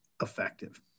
effective